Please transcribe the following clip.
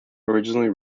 originally